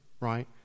right